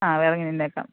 ആ ഇറങ്ങി നിന്നേക്കാം